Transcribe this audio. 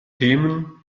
themen